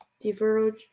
Diverge